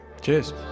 cheers